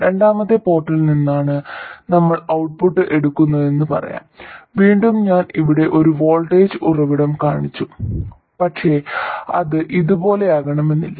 രണ്ടാമത്തെ പോർട്ടിൽ നിന്നാണ് നമ്മൾ ഔട്ട്പുട്ട് എടുക്കുന്നതെന്ന് പറയാം വീണ്ടും ഞാൻ ഇവിടെ ഒരു വോൾട്ടേജ് ഉറവിടം കാണിച്ചു പക്ഷേ അത് ഇതുപോലെയാകണമെന്നില്ല